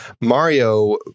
Mario